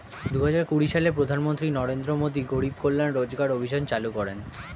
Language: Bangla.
দুহাজার কুড়ি সালে প্রধানমন্ত্রী নরেন্দ্র মোদী গরিব কল্যাণ রোজগার অভিযান চালু করেন